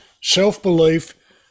self-belief